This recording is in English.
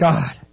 God